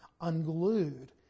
unglued